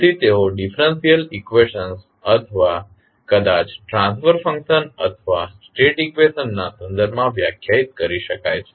તેથી તેઓ differential equations અથવા કદાચ ટ્રાન્સફર ફંકશન અથવા સ્ટેટ ઇકવેશનસ ના સંદર્ભમાં વ્યાખ્યાયિત કરી શકાય છે